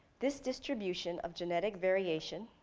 this distribution of genetic variation